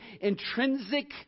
intrinsic